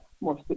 more